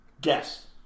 Guess